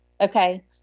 Okay